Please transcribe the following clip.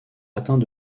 atteints